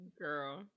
Girl